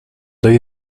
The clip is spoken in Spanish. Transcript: doy